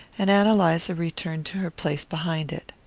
and ann eliza returned to her place behind it.